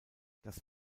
das